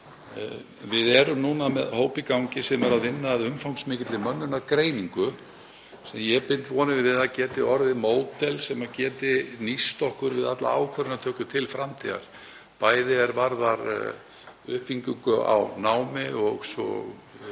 Við erum með hóp í gangi sem er að vinna að umfangsmikilli mönnunargreiningu. Ég bind vonir við að það geti orðið módel sem geti nýst okkur við alla ákvarðanatöku til framtíðar, bæði er varðar uppbyggingu á námi og